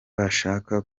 bashaka